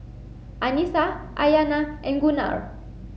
Anissa Aiyana and Gunnar